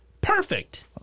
Perfect